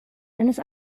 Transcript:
eines